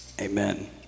Amen